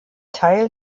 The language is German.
teil